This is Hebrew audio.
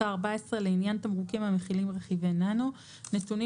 לעניין תמרוקים המכילים רכיבי ננו נתונים